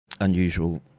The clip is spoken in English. Unusual